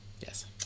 yes